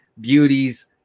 beauties